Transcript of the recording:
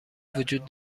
وجود